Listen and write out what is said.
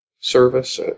service